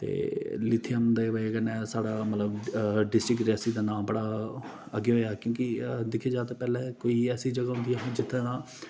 ते लिथियम दी बजह कन्नै अस साढ़ा मतलब डिस्ट्रिक्ट रियासी दा नांऽ बड़ा अग्गें होएआ क्योंकि दिक्खेआ जा ते पैह्लें कोई ऐसी जगह होंदी ही जित्थे दा